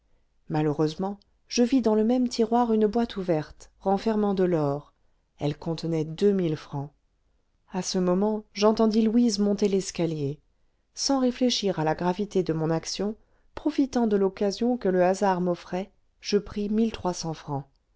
malheureusement je vis dans le même tiroir une boîte ouverte renfermant de l'or elle contenait deux mille francs à ce moment j'entendis louise monter l'escalier sans réfléchir à la gravité de mon action profitant de l'occasion que le hasard m'offrait je pris mille trois cents francs